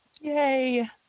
Yay